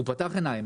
הוא פתח עיניים.